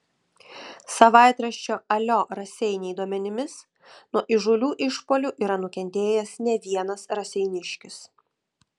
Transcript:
savaitraščio alio raseiniai duomenimis nuo įžūlių išpuolių yra nukentėjęs ne vienas raseiniškis